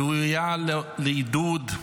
ראויה לעידוד.